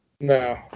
No